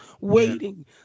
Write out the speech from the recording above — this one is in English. waiting